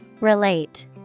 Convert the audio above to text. Relate